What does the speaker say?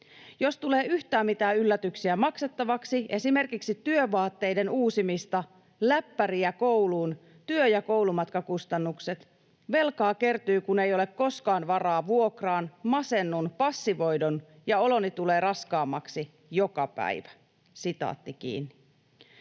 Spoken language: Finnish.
Jos tulee yhtään mitään yllätyksiä maksettavaksi, esimerkiksi työvaatteiden uusimista, läppäriä kouluun, työ- ja koulumatkakustannukset, velkaa kertyy, kun ei ole koskaan varaa vuokraan. Masennun, passivoidun ja oloni tulee raskaammaksi joka päivä.” [Speech